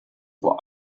vor